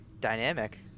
dynamic